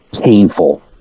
painful